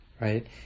right